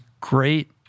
great